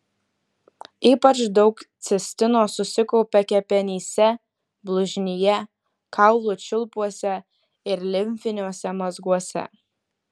ypač daug cistino susikaupia kepenyse blužnyje kaulų čiulpuose ir limfiniuose mazguose